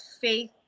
faith